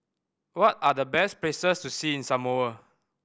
what are the best places to see in Samoa